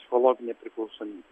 psichologinė priklausomybė